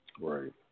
Right